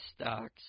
stocks